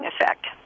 effect